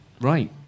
Right